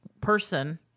person